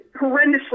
horrendously